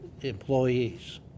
employees